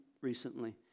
recently